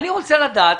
אני רוצה לדעת.